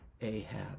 Ahab